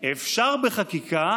אפשר בחקיקה,